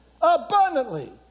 abundantly